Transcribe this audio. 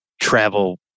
travel